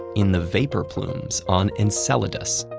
in the vapor plumes on enceladus,